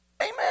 Amen